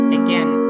again